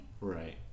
Right